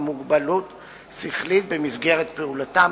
או בעלי מוגבלות שכלית, "במסגרת פעילותם".